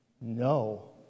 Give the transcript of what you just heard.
No